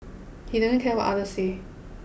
he didn't care what other said